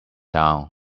down